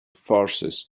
forces